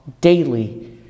daily